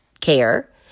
care